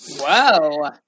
whoa